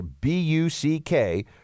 B-U-C-K